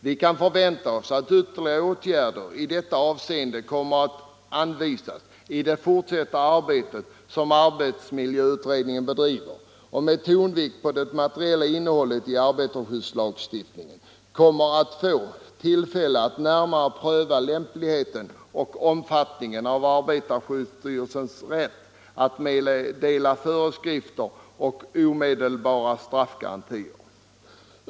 Vi kan förvänta oss att ytterligare åtgärder i detta avseende kommer att anvisas i det fortsatta arbete som arbetsmiljöutredningen bedriver med tonvikt på det materiella innehållet i arbetarskyddslagstiftningen. Utredningen kommer att få tillfälle att närmare pröva lämpligheten och omfattningen av arbetarskyddsstyrelsens rätt att meddela föreskrifter och omedelbara straffgarantier.